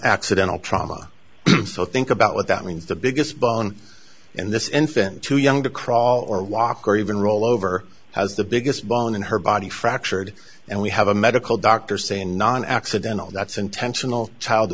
accidental trauma so think about what that means the biggest bone in this infant too young to crawl or walk or even roll over has the biggest bone in her body fractured and we have a medical doctor saying non accidental that's intentional child